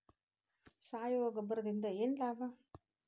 ಸಾವಯವ ಗೊಬ್ಬರದಿಂದ ಏನ್ ಲಾಭ?